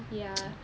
ya